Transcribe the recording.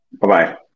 Bye-bye